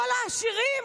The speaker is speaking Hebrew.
כל העשירים.